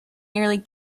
nearly